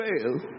fail